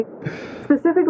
specifically